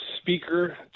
speaker